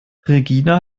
regine